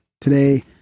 today